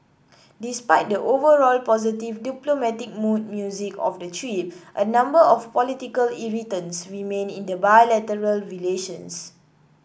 despite the overall positive diplomatic mood music of the trip a number of political irritants remain in bilateral relations